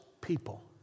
people